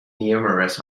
numerous